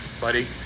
Buddy